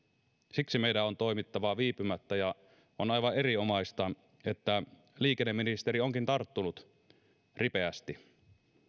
siksi meidän on toimittava viipymättä ja on aivan erinomaista että liikenneministeri onkin tarttunut ripeästi